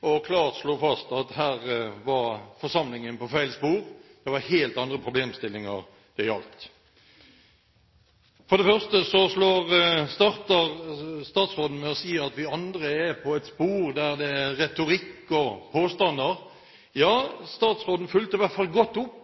og klart slo fast at her var forsamlingen på feil spor – det var helt andre problemstillinger det gjaldt. For det første starter statsråden med å si at vi andre er på et spor der det er retorikk og påstander. Ja, statsråden fulgte i hvert fall godt opp